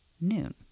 noon